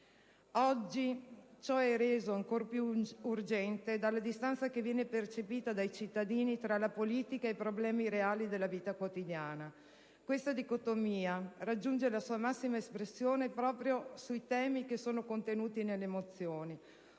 Oggi, ciò è reso ancora più urgente dalla distanza che viene percepita dai cittadini tra la politica e i problemi reali della vita quotidiana. Tale dicotomia raggiunge la sua massima espressione proprio sui temi contenuti nelle mozioni: